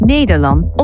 Nederland